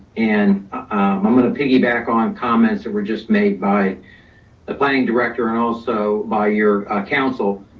and i'm gonna piggyback on comments that were just made by the planning director and also by your counsel.